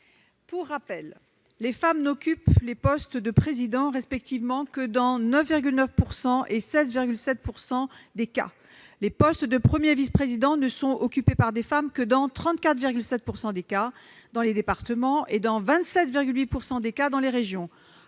En revanche, les femmes n'occupent les postes de président respectivement que dans 9,9 % et 16,7 % des cas. Les postes de premier vice-président ne sont dévolus à des femmes que dans 34,7 % des cas dans les départements et dans 27,8 % des cas dans les régions,